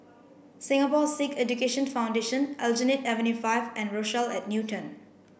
Singapore Sikh Education Foundation Aljunied Avenue five and Rochelle at Newton